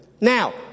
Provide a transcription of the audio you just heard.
Now